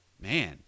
man